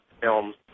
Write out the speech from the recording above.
films